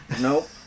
Nope